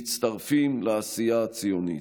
מצטרפים לעשייה הציונית.